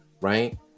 right